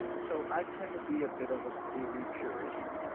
so i tend to be a bit of clery purist.